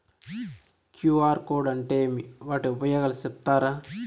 QR code అంటే ఏమి వాటి ఉపయోగాలు సెప్తారా?